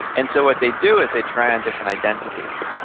and so what they do is they try on different identities,